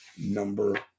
number